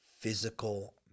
physical